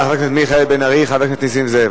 העיקר באיצטדיון